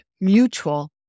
mutual